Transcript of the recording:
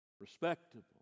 respectable